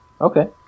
Okay